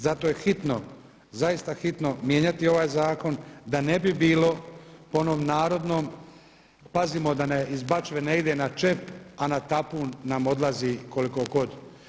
Zato je hitno, zaista hitno mijenjati ovaj zakon da ne bi bilo po onom narodnom pazimo da iz bačve ne ide na čep, a na tapun nam odlazi koliko god.